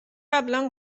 قبلا